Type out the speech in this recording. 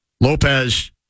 Lopez